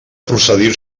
procedir